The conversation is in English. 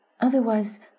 Otherwise